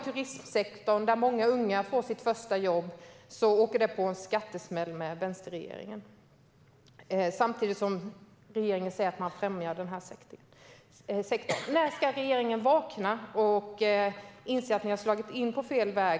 Turistsektorn, där många unga får sitt första jobb, åker på en skattesmäll från vänsterregeringen samtidigt som den säger att den främjar den här sektorn. När ska regeringen vakna och inse att den har slagit in på fel väg?